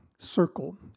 Circle